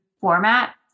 format